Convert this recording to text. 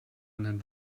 einen